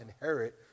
inherit